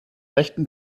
rechten